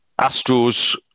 Astros